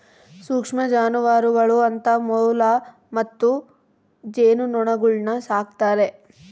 ಸೂಕ್ಷ್ಮ ಜಾನುವಾರುಗಳು ಅಂತ ಮೊಲ ಮತ್ತು ಜೇನುನೊಣಗುಳ್ನ ಸಾಕ್ತಾರೆ